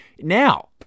now